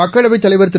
மக்களவைத் தலைவர் திரு